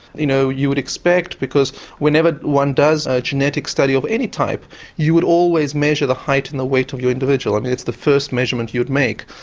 you know you would expect because whenever one does a genetic study of any type you would always measure the height and the weight of the individual. um it's the first measurement you'd make.